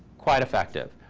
quite effective.